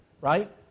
right